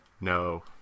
No